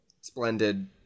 splendid